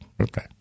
Okay